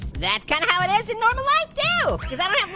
that's kind of how it is in normal life too cause i don't have